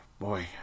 boy